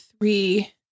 three